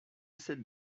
cette